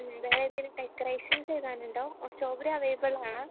വേറെ എന്തെങ്കിലും ഒരു ഡെക്കറേഷൻസ് എഴുതാനുണ്ടോ സ്ട്രോബെറി അവൈലബിൾ ആണ്